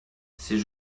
c’est